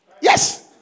Yes